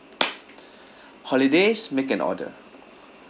holidays make an order